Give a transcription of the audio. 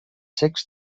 secs